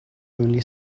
only